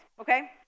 okay